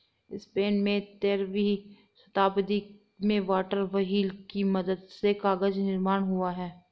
Spain में तेरहवीं शताब्दी में वाटर व्हील की मदद से कागज निर्माण हुआ